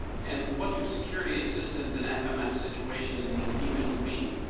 and what to security assistance and fmf situation in these emails mean?